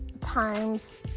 times